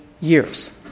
years